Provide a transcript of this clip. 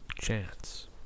chance